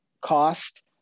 cost